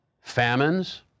famines